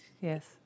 Yes